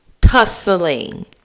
tussling